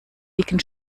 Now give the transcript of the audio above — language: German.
dicken